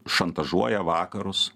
šantažuoja vakarus